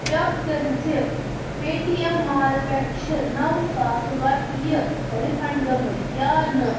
check کٔرۍ زِ Paytm مال پٮ۪ٹھ چھ نَو ساس رۄپیہِ رِفنڈ گٔمٕتۍ یا نہٕ